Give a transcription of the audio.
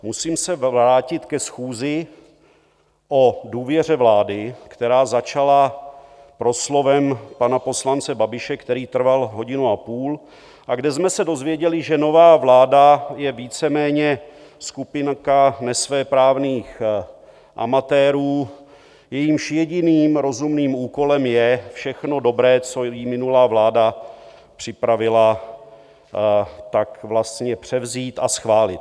Musím se vrátit ke schůzi o důvěře vlády, která začala proslovem pana poslance Babiše, který trval hodinu a půl a kde jsme se dozvěděli, že nová vláda je víceméně skupinka nesvéprávných amatérů, jejímž jediným rozumným úkolem je všechno dobré, co jí minulá vláda připravila, vlastně převzít a schválit.